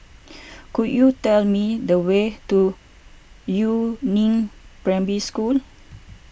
could you tell me the way to Yu Neng Primary School